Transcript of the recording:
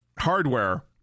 hardware